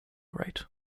right